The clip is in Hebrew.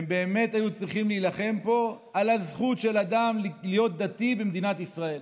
הן באמת היו צריכות להילחם פה על הזכות של אדם להיות דתי במדינת ישראל,